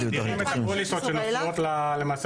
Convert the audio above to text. מגדירים את הפוליסות שמפריעות למעשה